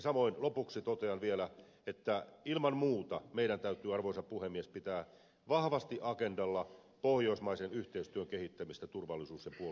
samoin lopuksi totean vielä että ilman muuta meidän täytyy arvoisa puhemies pitää vahvasti agendalla pohjoismaisen yhteistyön kehittämistä turvallisuus ja puolustuspolitiikassa